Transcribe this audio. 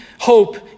hope